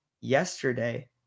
yesterday